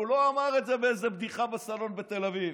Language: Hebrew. הוא לא אמר את זה כאיזו בדיחה בסלון בתל אביב.